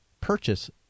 purchase